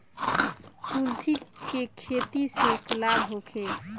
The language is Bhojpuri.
कुलथी के खेती से लाभ होखे?